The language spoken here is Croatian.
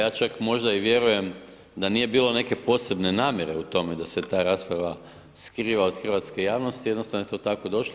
Ja čak možda i vjerujem da nije bilo neke posebne namjere u tome da se ta rasprava skriva od hrvatske javnosti, jednostavno je to tako došlo.